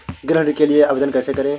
गृह ऋण के लिए आवेदन कैसे करें?